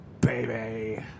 baby